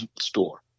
store